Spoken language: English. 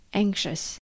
，anxious 。